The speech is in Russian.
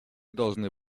должны